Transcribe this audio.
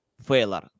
failure